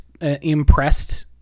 impressed